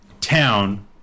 town